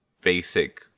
basic